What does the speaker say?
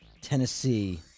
Tennessee